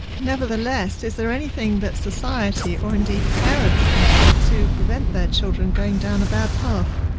nevertheless, is there anything that society or indeed parents can do to prevent their children going down a bad path?